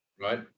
Right